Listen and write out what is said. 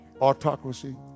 Autocracy